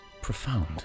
profound